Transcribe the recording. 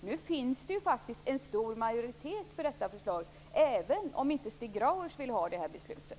Nu finns det en stor majoritet för förslaget, även om Stig Grauers inte vill ha det beslutet.